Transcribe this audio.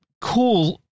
cool